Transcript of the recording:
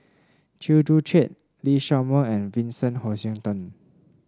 Chew Joo Chiat Lee Shao Meng and Vincent Hoisington